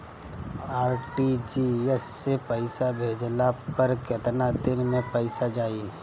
RTGS से पईसा भेजला पर केतना दिन मे पईसा जाई?